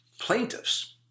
plaintiffs